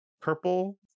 purple